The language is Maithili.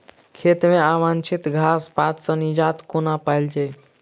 खेत मे अवांछित घास पात सऽ निजात कोना पाइल जाइ?